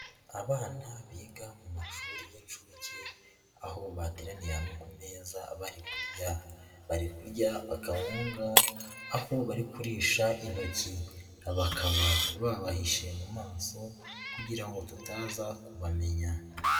Abana biga mu mashuri y'inshuke aho bateraniye hamwe ku meza bari kurya, bari kurya akawunga aho bari kurisha intoki, bakaba babahishe mu maso kugira ngo tutaza kubamenya.